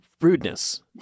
rudeness